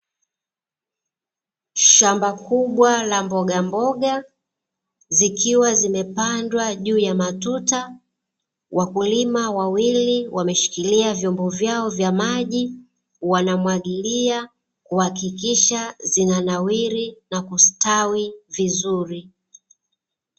Shamba kubwa la mbogamboga, zikiwa zimepandwa juu ya matuta. Wakulima wawili wameshikilia vyombo vyao vya maji, wanamwagilia na wanahakikisha, vinanawiri na kustawi vizuri.